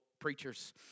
preachers